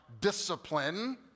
discipline